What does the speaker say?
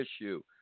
issue